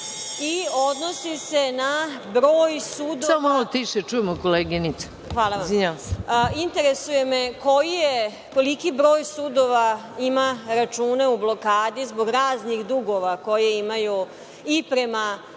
i odnosi se na broj sudova